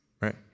right